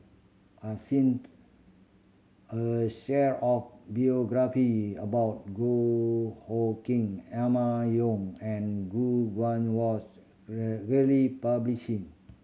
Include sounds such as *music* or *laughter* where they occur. a *unintelligible* a series of biography about Goh Hood Keng Emma Yong and Gu Guan was *unintelligible* really published